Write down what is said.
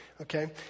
okay